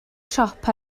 siop